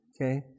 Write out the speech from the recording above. Okay